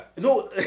no